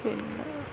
പിന്നെ